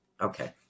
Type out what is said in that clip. Okay